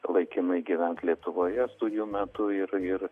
laikinai gyvent lietuvoje studijų metu ir ir